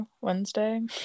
Wednesday